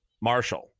Marshall